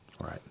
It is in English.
Right